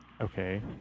okay